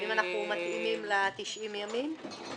אם אנחנו מתאימים ל-90 ימים?